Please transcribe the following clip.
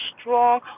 strong